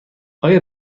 آیا